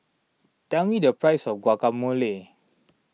tell me the price of Guacamole